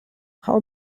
how